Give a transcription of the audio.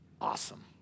Awesome